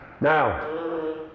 Now